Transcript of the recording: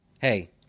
Hey